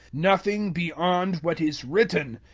nothing beyond what is written!